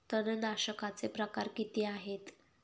तणनाशकाचे प्रकार किती आहेत?